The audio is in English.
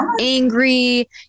angry